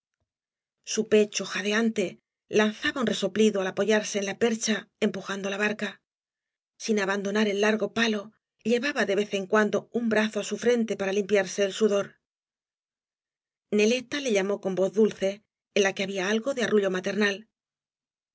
su pecho jadeante lanzaba un resoplido al apoyarse en la percha empujando la barca sin abandonar el largo palo llevaba de vez en cuando un brazo é su frente para limpiarse el sudor neleta le llamó con voz dulce en la que había algo de arrullo maternal